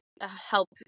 help